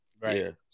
Right